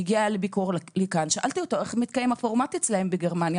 שהגיע לארץ לביקור איך מתקיים הפורמט הזה בגרמניה.